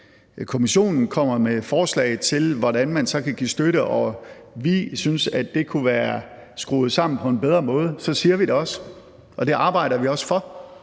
Kommissionen kommer med forslag til, hvordan man så kan give støtte, og vi synes, at det kunne være skruet sammen på en bedre måde, så siger vi det også, og vi arbejder også for,